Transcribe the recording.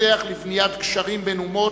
מפתח לבניית גשרים בין אומות,